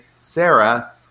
sarah